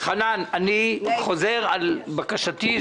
חנן פריצקי, אני חוזר על בקשתי.